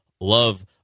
love